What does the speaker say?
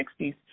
1960s